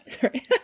Sorry